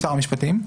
שר המשפטים,